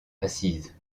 assises